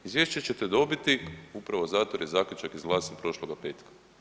Izvješće ćete dobiti upravo zato jer je zaključak izglasan prošloga petka.